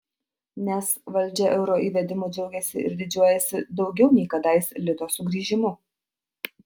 nes valdžia euro įvedimu džiaugiasi ir didžiuojasi daugiau nei kadais lito sugrįžimu